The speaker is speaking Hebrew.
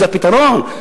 זה הפתרון?